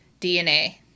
DNA